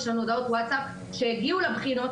יש לנו הודעות ווטסאפ שהגיעו לבחינות,